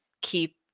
keep